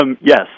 Yes